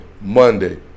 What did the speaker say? monday